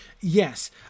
Yes